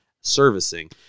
servicing